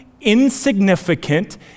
insignificant